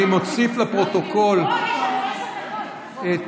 אני מוסיף לפרוטוקול את